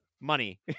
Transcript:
money